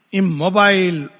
immobile